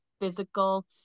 physical